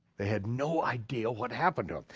they had no idea what happened to him.